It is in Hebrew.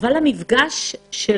המפגש של